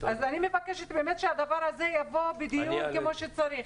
אני מבקשת שהדבר הזה באמת יבוא בדיוק כמו שצריך.